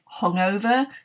hungover